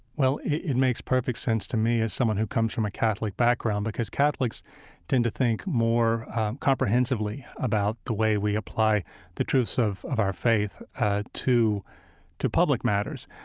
well, it makes perfect sense to me as someone who comes from a catholic background, because catholics tend to think more comprehensively about the way we apply the truths of of our faith ah to to public matters.